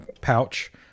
pouch